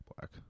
Black